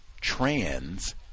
trans